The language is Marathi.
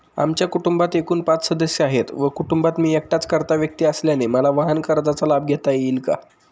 आमच्या कुटुंबात एकूण पाच सदस्य आहेत व कुटुंबात मी एकटाच कर्ता व्यक्ती असल्याने मला वाहनकर्जाचा लाभ घेता येईल का?